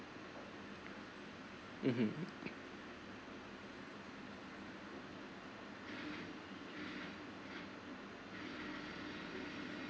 (uh huh)